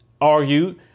argued